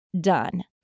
done